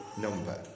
number